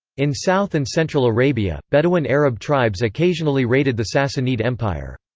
in south and central arabia, bedouin arab tribes occasionally raided the sassanid empire.